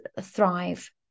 thrive